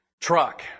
truck